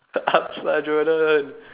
upz lah Jordan